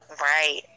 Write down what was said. right